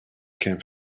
came